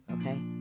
okay